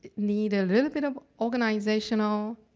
need a little bit of organizational,